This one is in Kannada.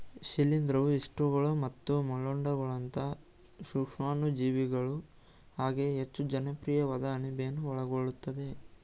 ಶಿಲೀಂಧ್ರವು ಯೀಸ್ಟ್ಗಳು ಮತ್ತು ಮೊಲ್ಡ್ಗಳಂತಹ ಸೂಕ್ಷಾಣುಜೀವಿಗಳು ಹಾಗೆಯೇ ಹೆಚ್ಚು ಜನಪ್ರಿಯವಾದ ಅಣಬೆಯನ್ನು ಒಳಗೊಳ್ಳುತ್ತದೆ